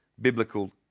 biblical